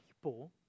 people